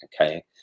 okay